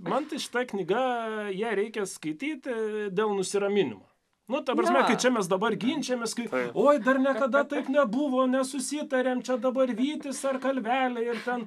man tai šita knyga ją reikia skaityti dėl nusiraminimo nu ta prasme kai čia mes dabar ginčijamės kai oi dar niekada taip nebuvo nesusitariam čia dabar vytis ar kalvelė ir ten